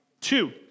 Two